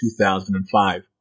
2005